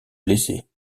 blessés